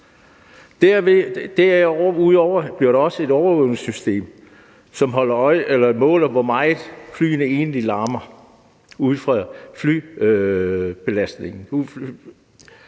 Derudover bliver der også et overvågningssystem, som måler, hvor meget flyene egentlig larmer – det er ud fra flybelastningen.